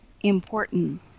important